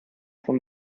vom